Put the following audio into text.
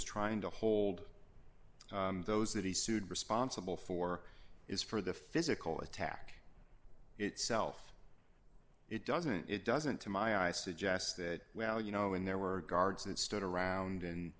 is trying to hold those that he sued responsible for is for the physical attack itself it doesn't it doesn't to my eye suggest that well you know and there were guards that stood around and